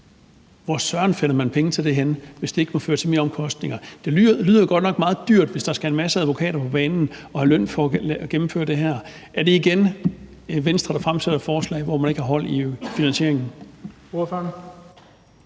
Hvor søren finder man penge til det henne, hvis det ikke må føre til meromkostninger? Det lyder jo godt nok meget dyrt, hvis der skal en masse advokater på banen og have løn for at gennemføre det her. Er det sådan, at Venstre igen fremsætter et forslag, hvor man ikke har hold på finansieringen?